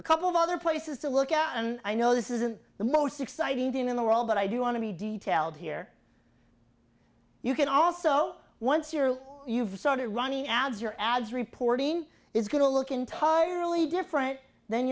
a couple of other places to look at and i know this isn't the most exciting thing in the world but i do want to be detailed here you can also once you're you've started running ads your ads reporting is going to look entirely different then